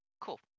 Cool